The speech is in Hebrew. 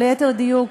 או ליתר דיוק,